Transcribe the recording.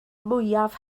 mwyaf